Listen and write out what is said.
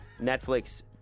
Netflix